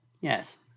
Yes